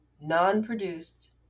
non-produced